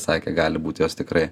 sakė gali būt jos tikrai